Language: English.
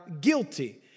guilty